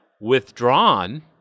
withdrawn